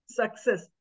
success